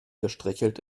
gestrichelt